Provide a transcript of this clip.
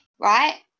Right